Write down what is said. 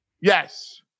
Yes